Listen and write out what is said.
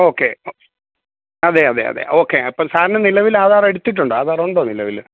okay അതെയതെയതെ okay അപ്പം സാറിന് നിലവിൽ ആധാർ എടുത്തിട്ടുണ്ടോ ആധാറുണ്ടോ നിലവിൽ